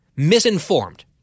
Misinformed